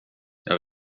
jag